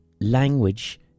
language